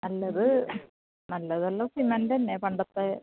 നല്ലത് നല്ലത് എല്ലാം സിമൻ്റ് തന്നെ പണ്ടത്തെ